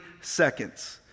seconds